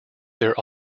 they’re